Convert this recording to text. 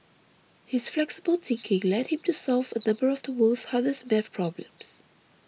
his flexible thinking led him to solve a number of the world's hardest math problems